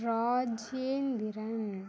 Rajendran